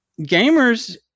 Gamers